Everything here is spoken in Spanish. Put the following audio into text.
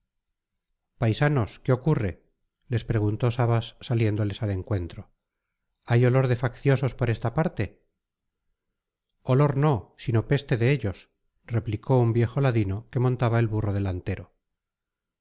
paisanos qué ocurre les preguntó sabas saliéndoles al encuentro hay olor de facciosos por esta parte olor no sino peste de ellos replicó un viejo ladino que montaba el burro delantero